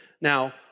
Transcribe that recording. Now